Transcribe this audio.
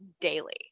daily